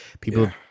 People